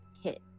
hit